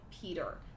Peter